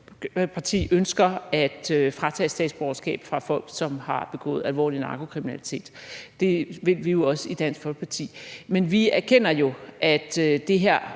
ønsker at fratage statsborgerskab fra folk, som har begået alvorlig narkokriminalitet. Det vil vi jo også i Dansk Folkeparti, men vi erkender jo, at det her